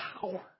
power